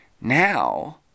Now